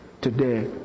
today